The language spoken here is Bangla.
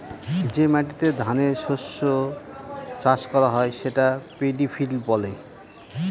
যে মাটিতে ধানের শস্য চাষ করা হয় সেটা পেডি ফিল্ড বলে